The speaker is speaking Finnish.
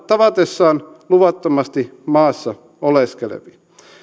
tavatessaan luvattomasti maassa oleskelevia